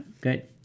Good